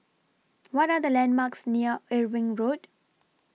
What Are The landmarks near Irving Road